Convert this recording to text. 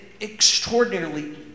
extraordinarily